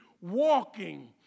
walking